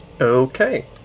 okay